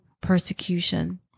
persecution